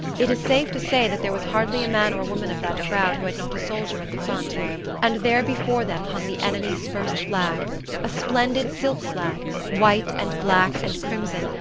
it is safe to say that there was hardly a man or woman of that crowd who had not a soldier at the front and there before them hung the enemy's first flag a splendid silk flag, white and black and crimson,